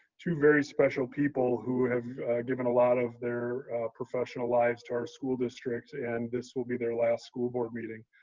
two very special people who have given a lot of their professional lives to our school district, and this will be their last school board meeting.